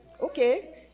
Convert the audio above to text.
Okay